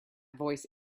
voice